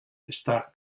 está